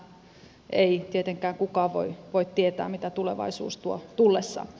sitä ei tietenkään kukaan voi tietää mitä tulevaisuus tuo tullessaan